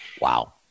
Wow